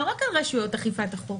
לא רק על רשויות אכיפת החוק